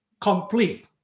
Complete